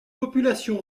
population